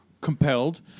compelled